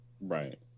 Right